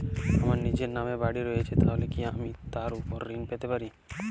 আমার নিজের নামে বাড়ী রয়েছে তাহলে কি আমি তার ওপর ঋণ পেতে পারি?